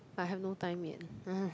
I have no time yet